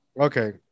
Okay